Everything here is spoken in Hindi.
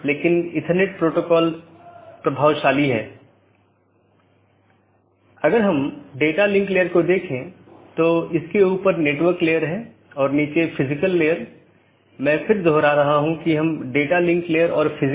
तो इसका मतलब है अगर मैं AS1 के नेटवर्क1 से AS6 के नेटवर्क 6 में जाना चाहता हूँ तो मुझे क्या रास्ता अपनाना चाहिए